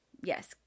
Yes